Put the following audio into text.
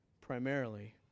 primarily